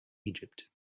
egypt